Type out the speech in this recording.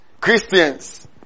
Christians